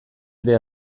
ere